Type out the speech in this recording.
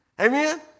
Amen